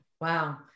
wow